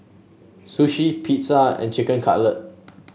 Sushi Pizza and Chicken Cutlet